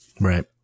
Right